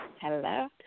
Hello